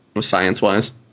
science-wise